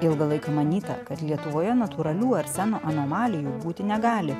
ilgą laiką manyta kad lietuvoje natūralių arseno anomalijų būti negali